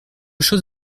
chose